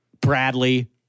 Bradley